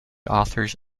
authors